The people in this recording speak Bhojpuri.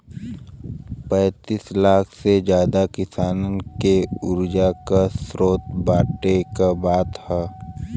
पैंतीस लाख से जादा किसानन के उर्जा के स्रोत बाँटे क बात ह